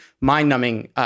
mind-numbing